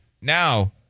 now